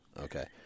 okay